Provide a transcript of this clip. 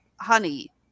honey